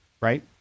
right